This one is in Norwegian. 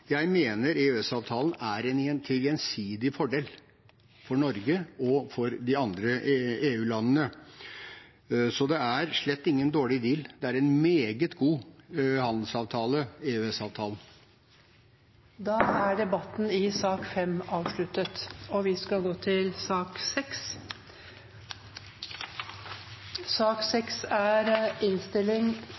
jeg mener EØS-avtalen er til gjensidig fordel for Norge og for de andre EU-landene, så det er slett ingen dårlig deal. EØS-avtalen er en meget god handelsavtale. Flere har ikke bedt om ordet til sak nr. 5. Etter ønske fra utenriks- og